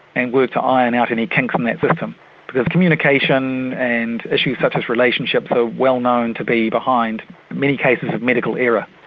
and work to iron out any kinks um in that um because communication and issues such as relationships are well-known to be behind many cases of medical error.